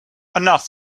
enough